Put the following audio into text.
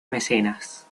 mecenas